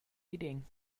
eating